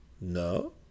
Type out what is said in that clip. No